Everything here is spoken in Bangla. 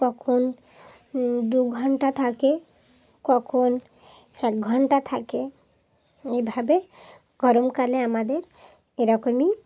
কখন দু ঘণ্টা থাকে কখন এক ঘণ্টা থাকে এইভাবে গরমকালে আমাদের এরকমই